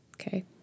Okay